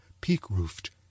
peak-roofed